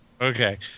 Okay